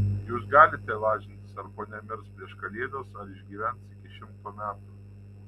jūs galite lažintis ar ponia mirs prieš kalėdas ar išgyvens iki šimto metų